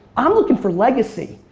i'm looking for legacy.